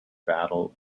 battle